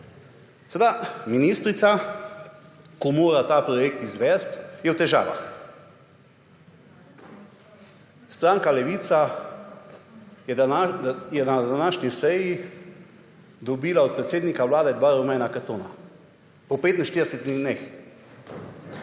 je ministrica, ko mora ta projekt izvesti, v težavah. Stranka Levica je na današnji seji dobila od predsednika vlade dva rumena kartona. Po 45 dneh.